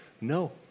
No